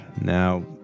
Now